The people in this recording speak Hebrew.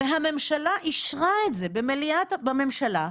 והממשלה אישרה את זה בממשלה,